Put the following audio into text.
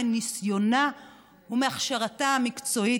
מניסיונה ומהכשרתה המקצועית,